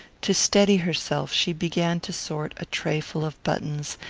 to steady herself she began to sort a trayful of buttons,